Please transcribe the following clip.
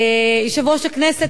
יושב-ראש הכנסת,